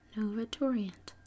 Novatorient